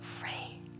free